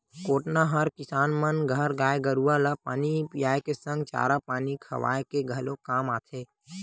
कोटना हर किसान मन घर गाय गरुवा ल पानी पियाए के संग चारा पानी खवाए के घलोक काम आथे